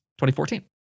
2014